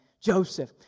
Joseph